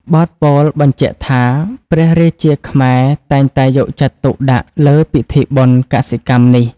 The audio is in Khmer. បទពោលបញ្ជាក់ថា ព្រះរាជាខ្មែរតែងតែយកចិត្តទុកដាក់លើពិធីបុណ្យកសិកម្មនេះ។